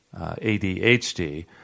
ADHD